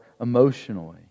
emotionally